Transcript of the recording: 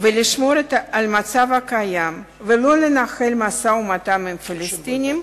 ולשמור על המצב הקיים ולא לנהל משא-ומתן עם הפלסטינים,